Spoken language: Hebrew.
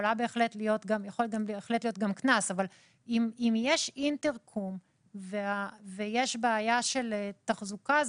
יכול בהחלט להיות גם קנס אבל אם יש אינטרקום ויש בעיה של תחזוקה,